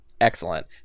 Excellent